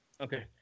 Okay